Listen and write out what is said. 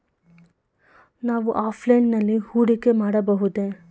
ನಾವು ಆಫ್ಲೈನ್ ನಲ್ಲಿ ಹೂಡಿಕೆ ಮಾಡಬಹುದೇ?